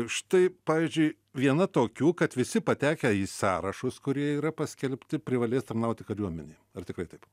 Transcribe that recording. štai pavyzdžiui viena tokių kad visi patekę į sąrašus kurie yra paskelbti privalės tarnauti kariuomenėj ar tikrai taip